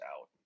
out